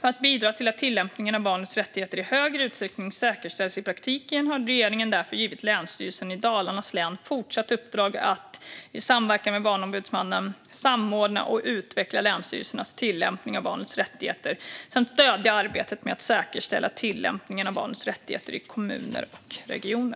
För att bidra till att tillämpningen av barnets rättigheter i större utsträckning säkerställs i praktiken har regeringen därför gett Länsstyrelsen i Dalarnas län fortsatt uppdrag att, i samverkan med Barnombudsmannen, samordna och utveckla länsstyrelsernas tillämpning av barnets rättigheter samt stödja arbetet med att säkerställa tillämpningen av barnets rättigheter i kommuner och regioner.